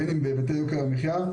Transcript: בין אם בהיבטי יוקר המחיה,